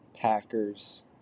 Packers